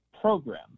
program